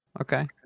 okay